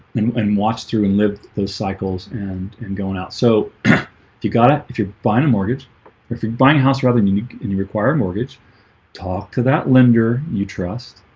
and watched through and lived those cycles and and going out so you got it. if you're buying a mortgage if you're buying house rather and you and you require mortgage talk to that lender you trust